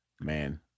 Man